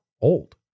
old